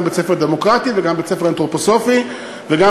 גם בית-ספר דמוקרטי וגם בית-ספר אנתרופוסופי וגם